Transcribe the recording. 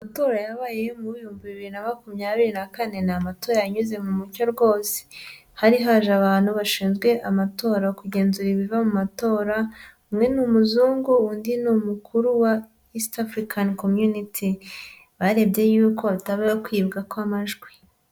Amatora yabaye mu w'ibihumbi bibiri na makumyabiri na kane ni amatora yanyuze mu mucyo rwose, hari haje abantu bashinzwe amatora, kugenzura ibiva mu matora, umwe ni umuzungu undi ni umukuru wa isitafurikani komyuniti barebye y'uko hataba kwibwa kw'amajwi.